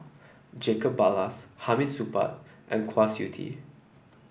Jacob Ballas Hamid Supaat and Kwa Siew Tee